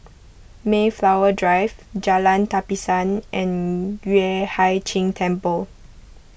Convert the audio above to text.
Mayflower Drive Jalan Tapisan and Yueh Hai Ching Temple